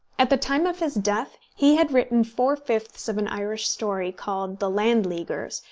at the time of his death he had written four-fifths of an irish story, called the landleaguers,